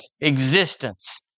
existence